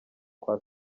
kwa